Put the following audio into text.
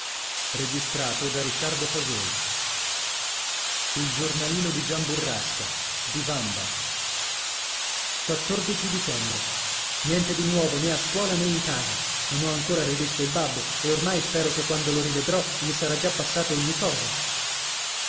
e io a loro e o e avete dicembre niente di nuovo né a scuola né in casa non ho ancora rivisto il babbo e ormai spero che quando lo rivedrò gli sarà già passato ogni cosa